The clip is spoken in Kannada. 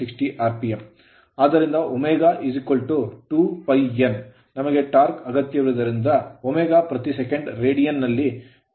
ಆದ್ದರಿಂದ ω2pin ನಮಗೆ torque ಟಾರ್ಕ್ ಅಗತ್ಯವಿರುವುದರಿಂದ ω ಪ್ರತಿ second ಸೆಕೆಂಡಿಗೆ radian ರೇಡಿಯನ್ ನಲ್ಲಿ 2 pi n60